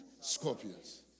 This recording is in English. scorpions